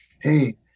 hey